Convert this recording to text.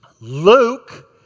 Luke